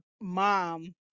mom